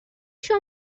شما